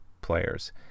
players